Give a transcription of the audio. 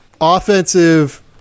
offensive